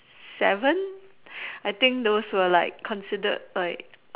seven I think those were like considered like